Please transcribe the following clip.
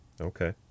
Okay